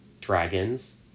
dragons